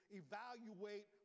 evaluate